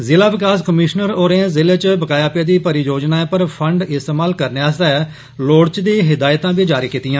ज़िला विकास कमीशनर होरें ज़िले च बकाया पेदी परियोजनाएं पर फंड इस्तेमाल करने आस्तै लोड़चदी हिदायतां बी जारी कीतियां